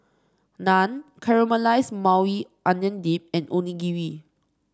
Naan Caramelized Maui Onion Dip and Onigiri